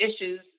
issues